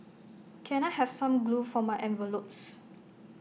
can I have some glue for my envelopes